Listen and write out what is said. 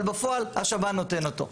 אבל בפועל השב"ן נותן אותו.